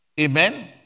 Amen